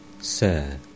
Sir